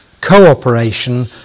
cooperation